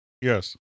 Yes